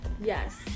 Yes